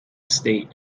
state